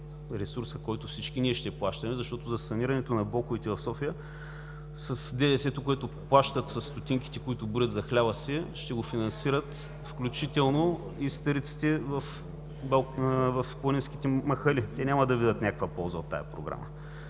ресурса, който всички ние ще плащаме, защото за санирането на блоковете в София, с ДДС-то, което плащат, със стотинките, които броят за хляба си (реплики от ГЕРБ), ще го финансират включително и старците в планинските махали. Те няма да видят някаква полза от тази програма.